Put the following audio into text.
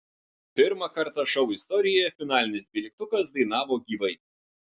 pirmą kartą šou istorijoje finalinis dvyliktukas dainavo gyvai